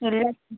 ഇല്ല